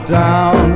down